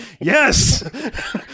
yes